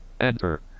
enter